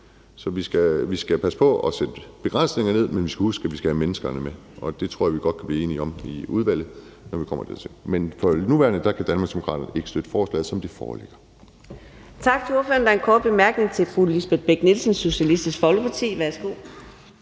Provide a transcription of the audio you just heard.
Så vi skal passe på og sætte begrænsninger, men vi skal huske, at vi skal have menneskerne med, og det tror jeg godt vi kan blive enige om i udvalget, når vi kommer dertil. Men for nuværende kan Danmarksdemokraterne ikke støtte forslaget, som det foreligger.